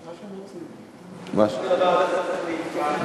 מה שהם מציעים.